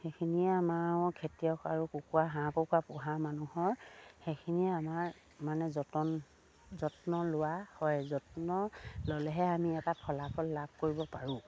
সেইখিনিয়ে আমাৰ খেতিয়ক আৰু কুকুৰা হাঁহ কুকুৰা পোহা মানুহৰ সেইখিনিয়ে আমাৰ মানে যতন যত্ন লোৱা হয় যত্ন ল'লেহে আমি এটা ফলাফল লাভ কৰিব পাৰোঁ